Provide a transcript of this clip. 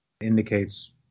indicates